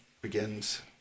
begins